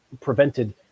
prevented